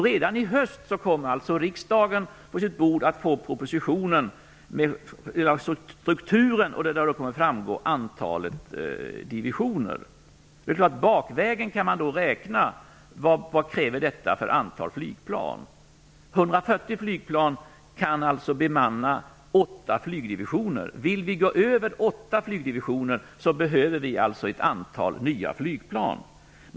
Redan i höst kommer riksdagen alltså på sitt bord att få en proposition med uppgifter om försvarsmaktsstrukturen varav kommer att framgå antalet divisioner. Bakvägen kan man då räkna ut vilket antal flygplan som detta kommer att kräva. Det krävs 140 flygplan för bemanningen av 8 flygdivisioner. Vill vi gå utöver antalet 8 flygdivisioner, behöver vi alltså ett antal nya flygplan.